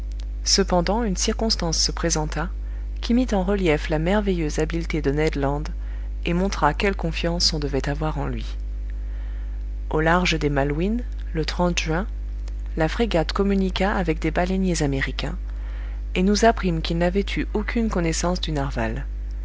cependant une circonstance se présenta qui mit en relief la merveilleuse habileté de ned land et montra quelle confiance on devait avoir en lui au large des malouines le juin la frégate communiqua avec des baleiniers américains et nous apprîmes qu'ils n'avaient eu aucune connaissance du narwal